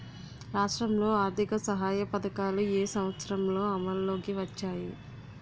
రాష్ట్రంలో ఆర్థిక సహాయ పథకాలు ఏ సంవత్సరంలో అమల్లోకి వచ్చాయి?